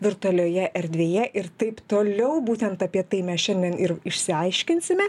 virtualioje erdvėje ir taip toliau būtent apie tai mes šiandien ir išsiaiškinsime